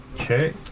Okay